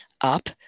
up